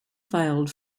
filed